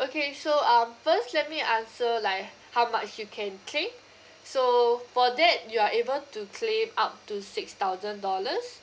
okay so uh first let me answer like how much you can claim so for that you are able to claim up to six thousand dollars